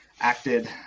acted